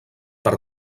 per